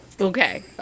Okay